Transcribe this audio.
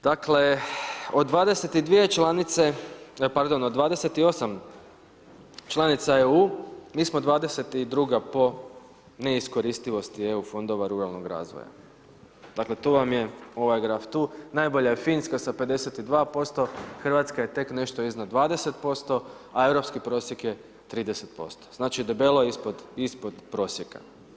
Dakle, od 22 članice, pardon od 28 članica EU mi smo 22 po neiskoristivosti EU fondova ruralnog razvoja, dakle to vam je ovaj graf tu, najbolja je Finska sa 52%, Hrvatska je tek nešto iznad 20%, a europski prosjek je 30%, znači debelo ispod, ispod prosjeka.